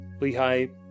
Lehi